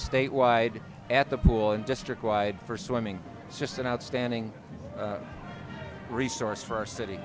statewide at the pool and district wide for swimming just an outstanding resource for our city